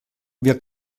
wir